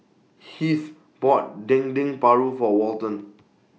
Heath bought Dendeng Paru For Walton